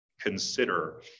consider